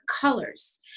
colors